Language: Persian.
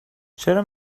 چرا